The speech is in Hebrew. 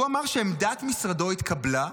הוא אמר שעמדת משרדו התקבלה,